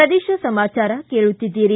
ಪ್ರದೇಶ ಸಮಾಚಾರ ಕೇಳುತ್ತೀದ್ದಿರಿ